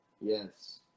Yes